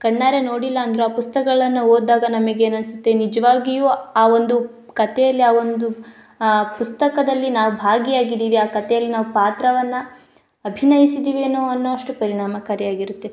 ಕಣ್ಣಾರೆ ನೋಡಿಲ್ಲಾಂದರೂ ಆ ಪುಸ್ತಕಗಳನ್ನ ಓದಿದಾಗ ನಮಗೆ ಏನು ಅನ್ಸುತ್ತೆ ನಿಜವಾಗಿಯೂ ಆ ಒಂದು ಕತೆಯಲ್ಲಿ ಆ ಒಂದು ಆ ಪುಸ್ತಕದಲ್ಲಿ ನಾವು ಭಾಗಿಯಾಗಿದ್ದೀವಿ ಆ ಕತೆಯಲ್ಲಿ ನಾವು ಪಾತ್ರವನ್ನು ಅಭಿನಯಿಸಿದ್ದೀವಿ ಏನೋ ಅನ್ನುವಷ್ಟು ಪರಿಣಾಮಕಾರಿಯಾಗಿರುತ್ತೆ